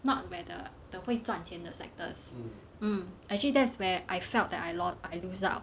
not where the the 会赚钱的 sectors mm actually that's where I felt that I lost~ I lose out